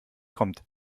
kommt